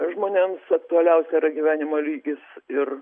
žmonėms aktualiausia yra gyvenimo lygis ir